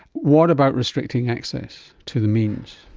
what about restricting access to the means?